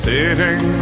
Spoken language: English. Sitting